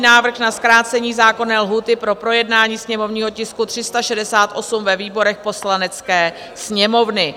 Návrh na zkrácení zákonné lhůty pro projednání sněmovního tisku 368 ve výborech Poslanecké sněmovny